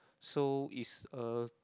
so is a